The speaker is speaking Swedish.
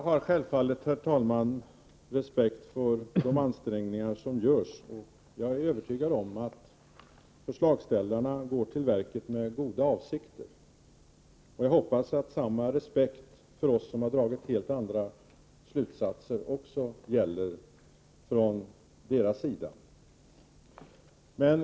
Herr talman! Jag har självfallet respekt för de ansträngningar som görs, och jag är övertygad om att förslagsställarna går till verket med goda avsikter. Men jag hoppas att man har samma respekt för oss som har dragit helt andra slutsatser.